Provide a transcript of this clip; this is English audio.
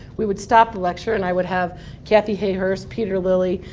we would stop the lecture, and i would have kathy hayhurst, peter lilly,